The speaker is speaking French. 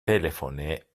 téléphoner